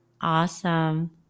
Awesome